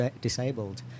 disabled